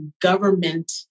government